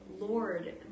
Lord